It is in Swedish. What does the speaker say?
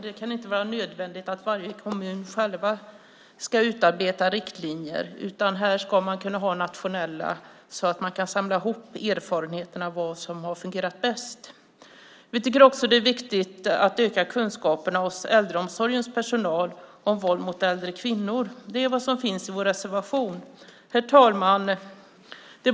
Det kan inte vara nödvändigt att varje kommun själv ska utarbeta riktlinjer, utan här ska man kunna ha nationella riktlinjer så att man kan samla ihop erfarenheterna när det gäller vad som har fungerat bäst. Vi tycker också att det är viktigt att öka kunskapen hos äldreomsorgens personal om våld mot äldre kvinnor. Det är vad som finns i vår reservation. Herr talman!